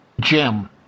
Jim